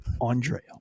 Andrea